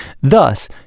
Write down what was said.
Thus